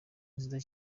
nziza